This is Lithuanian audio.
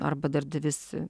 arba darbdavys